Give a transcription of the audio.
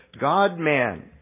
God-man